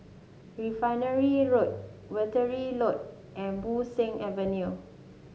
Refinery Road Wittering Road and Bo Seng Avenue